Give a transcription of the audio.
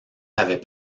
avait